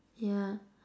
yeah